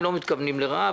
הם לא מתכוונים לרעה.